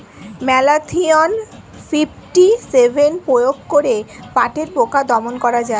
Malathion fifty seven প্রয়োগ করে পাটের পোকা দমন করা যায়?